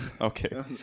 Okay